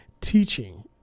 teaching